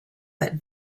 that